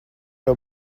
jau